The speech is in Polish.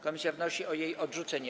Komisja wnosi o jej odrzucenie.